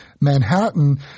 Manhattan